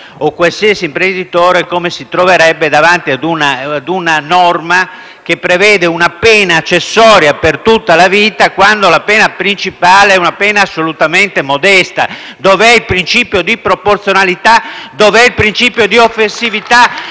qualsiasi imprenditore si troverebbe davanti a una norma che prevede una pena accessoria per tutta la vita quando quella principale è una pena assolutamente modesta. Dov'è il principio di proporzionalità? *(Applausi